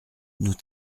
nous